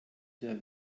der